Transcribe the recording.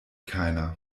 keiner